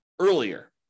earlier